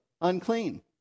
unclean